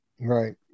Right